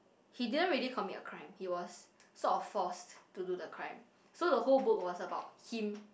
he didn't really commit a crime he was sort of forced to do the crime so the whole book was about him